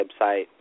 website